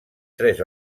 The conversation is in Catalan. tres